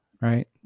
right